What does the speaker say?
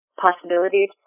possibilities